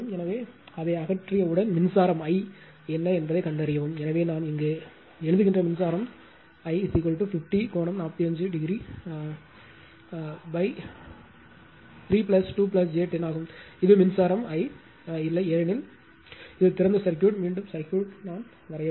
எனவே v இது திறந்த சர்க்யூட் நான் மீண்டும் சர்க்யூட் வரையவில்லை